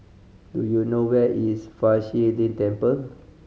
do you know where is Fa Shi Lin Temple